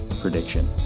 prediction